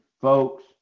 folks